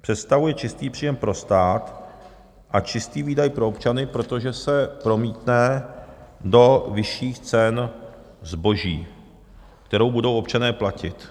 Představuje čistý příjem pro stát a čistý výdaj pro občany, protože se promítne do vyšších cen zboží, které budou občané platit.